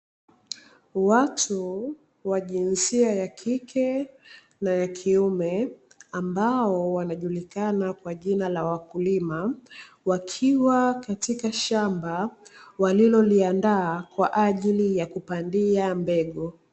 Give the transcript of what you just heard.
Watu wajinsia ya kike na kiume ni wakulima, wakiwa katika eneo la shamba waliloliandaa kwa ajili ya kupandia mbegu.